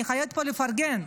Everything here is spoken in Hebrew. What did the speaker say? אני חייבת פה לפרגן.